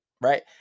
right